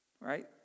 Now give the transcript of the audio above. Right